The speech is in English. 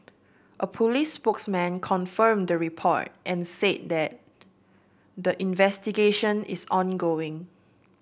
a police spokesman confirmed the report and said that the investigation is ongoing